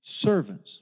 servants